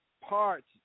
parts